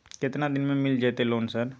केतना दिन में मिल जयते लोन सर?